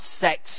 sex